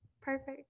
perfect